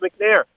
McNair